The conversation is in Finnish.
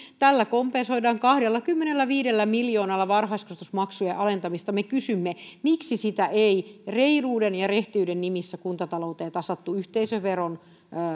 tällä kiinteistöveroesityksellä kompensoidaan kahdellakymmenelläviidellä miljoonalla varhaiskasvatusmaksujen alentamista me kysymme miksi sitä ei reiluuden ja rehtiyden nimissä kuntatalouteen tasattu yhteisöveron